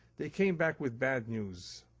they came back with bad news.